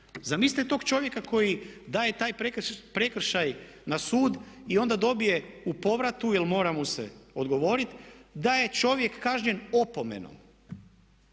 Zamislite tog čovjeka koji daje taj prekršaj na sud i onda dobije u povratu, jer mora mu se odgovorit da je čovjek kažnjen opomenom,